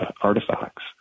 artifacts